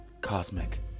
cosmic